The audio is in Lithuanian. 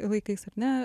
laikais ar ne